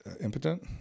impotent